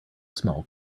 small